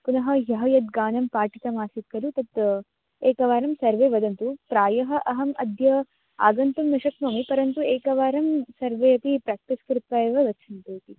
पुनः यः यद् गानं पाठितमासीत् खलु तत् एकवारं सर्वे वदन्तु प्रायः अहं अद्य आगन्तुं न शक्नोमि परन्तु एकवारं सर्वे अपि प्र्याक्टिस् कृत्वा एव गच्छन्तु इति